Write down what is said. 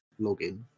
login